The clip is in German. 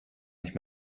nicht